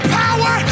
power